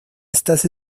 estas